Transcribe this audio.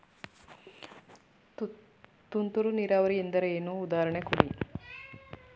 ತುಂತುರು ನೀರಾವರಿ ಎಂದರೇನು, ಉದಾಹರಣೆ ಕೊಡಿ?